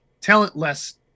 talentless